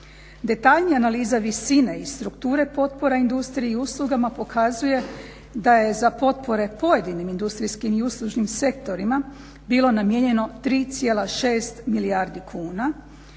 Detaljnije analiza visine i strukture potpora industriji i uslugama pokazuje da je za potpore pojedinim industrijskim i uslužnim sektorima bilo namijenjeno 3,6 milijardi kuna